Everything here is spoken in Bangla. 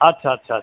আচ্ছা আচ্ছা আচ্ছা